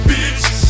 Bitch